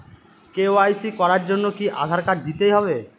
KYC করার জন্য কি আধার কার্ড দিতেই হবে?